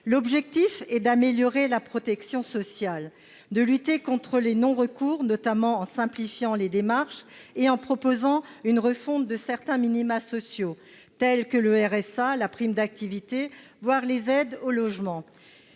L'objectif est d'améliorer la protection sociale, de lutter contre les non-recours, notamment en simplifiant les démarches et en proposant une refonte de certains minima sociaux, tels que le RSA, la prime d'activité, voire les aides au logement.